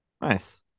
Nice